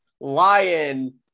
lion